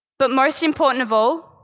but most important of all,